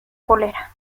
cólera